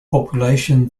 population